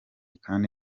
kandi